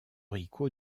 rico